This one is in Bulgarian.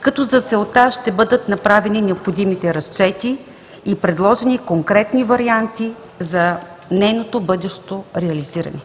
като за целта ще бъдат направени необходимите разчети и предложени конкретни варианти за нейното бъдещо реализиране.